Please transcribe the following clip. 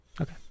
Okay